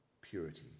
purity